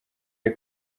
ari